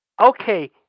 Okay